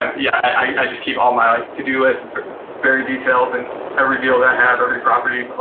yeah, i just keep all my to-do lists, it's very detailed, and every deal that i have, every property.